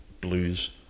blues